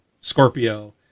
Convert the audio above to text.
Scorpio